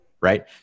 Right